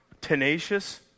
tenacious